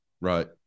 right